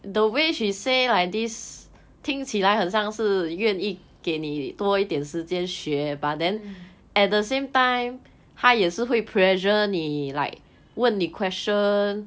mm